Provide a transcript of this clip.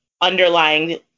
underlying